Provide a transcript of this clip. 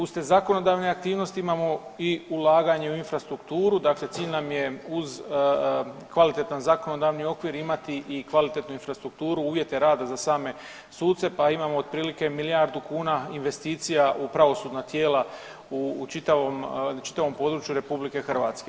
Uz te zakonodavne aktivnosti imamo ulaganje u infrastrukturu dakle cilj nam je uz kvalitetan zakonodavni okvir imati i kvalitetnu infrastrukturu uvjete rada za same suce pa imamo otprilike milijardu kuna investicija u pravosudna tijela u čitavom području RH.